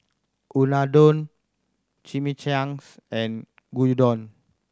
Unadon Chimichangas and Gyudon